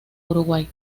uruguay